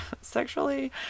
sexually